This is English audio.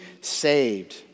saved